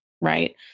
right